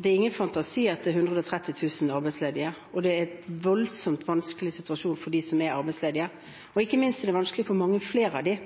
Det er ingen fantasi at det er 130 000 arbeidsledige, og det er en voldsomt vanskelig situasjon for dem som er arbeidsledige. Ikke minst er det vanskelig for mange flere av dem.